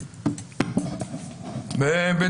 שהם יענו.